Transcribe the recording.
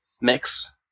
mix